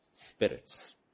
spirits